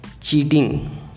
cheating